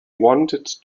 wanted